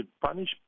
punish